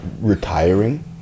retiring